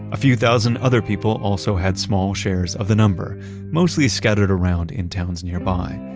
a few thousand other people also had small shares of the number mostly scattered around in towns nearby.